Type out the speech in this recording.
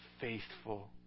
faithful